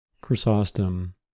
Chrysostom